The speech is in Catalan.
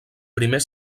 primer